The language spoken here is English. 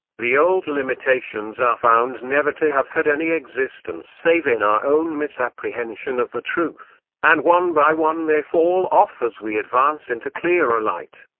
the old limitations are found never to have had any existence save in our own misapprehension of the truth, and one by one they fall off as we advance into clearer light.